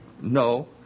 No